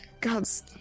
gods